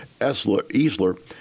Esler